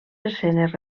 escenes